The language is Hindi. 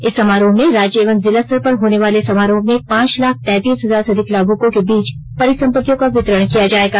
इस समाहरोह में राज्य एवं जिला स्तर पर होने वाले समारोह में पांच लाख तैतीस हजार से अधिक लाभूकों के बीच परिसंपत्तियों का वितरण किया जाएगा